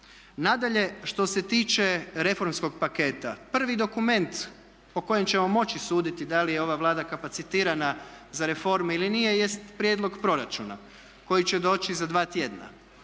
Nadalje, što se tiče reformskog paketa. Prvi dokument po kojem ćemo moći suditi da li je ova Vlada kapacitirana za reforme ili nije jest prijedlog proračuna koji će doći za 2 tjedna.